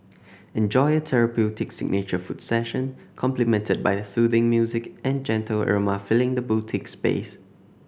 enjoy a therapeutic signature foot session complimented by the soothing music and gentle aroma filling the boutique space